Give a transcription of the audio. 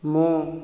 ମୁଁ